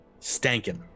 stankin